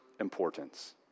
importance